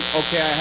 okay